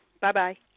Bye-bye